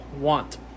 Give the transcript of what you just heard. want